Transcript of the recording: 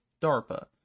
DARPA